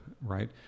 right